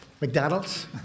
McDonald's